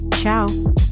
Ciao